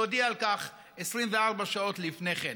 להודיע על כך 24 שעות לפני כן.